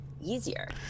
easier